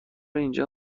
اینجا